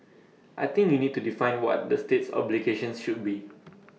I think you need to define what the state's obligations should be